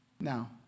Now